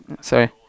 Sorry